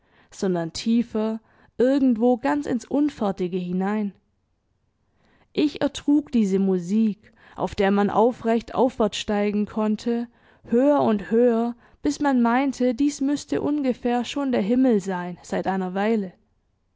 sondern tiefer irgendwo ganz ins unfertige hinein ich ertrug diese musik auf der man aufrecht aufwärtssteigen konnte höher und höher bis man meinte dies müßte ungefähr schon der himmel sein seit einer weile